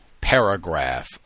paragraph